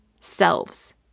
selves